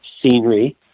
scenery